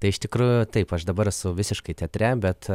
tai iš tikrųjų taip aš dabar esu visiškai teatre bet